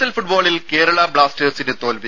L ഫുട്ബോളിൽ കേരള ബ്ലാസ്റ്റേഴ്സിന് തോൽവി